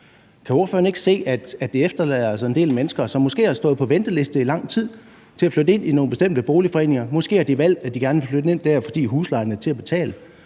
Kan ordføreren ikke se, at det altså efterlader en del mennesker, som måske har stået på venteliste i lang tid til at flytte ind i nogle bestemte boligforeninger – måske har de valgt, at de gerne vil flytte ind der, fordi huslejen er til at betale